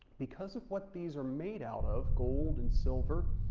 because of what these are made out of, gold and silver,